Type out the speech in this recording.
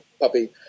puppy